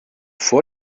vor